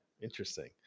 Interesting